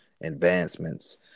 advancements